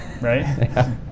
right